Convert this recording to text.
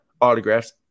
autographs